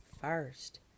first